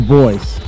voice